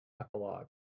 epilogue